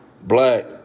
Black